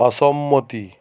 অসম্মতি